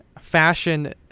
fashion